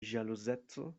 ĵaluzeco